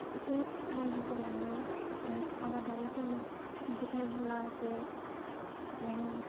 एसे नायबिजिरनानै जोंनि आबादारिफोरनो खिन्थिफैब्ला जे जोंनि